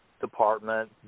department